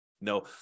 No